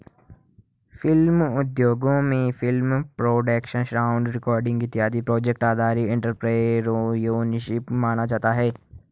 film उद्योगों में film production sound recording इत्यादि प्रोजेक्ट आधारित एंटरप्रेन्योरशिप माना जाता है